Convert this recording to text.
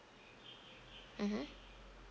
mmhmm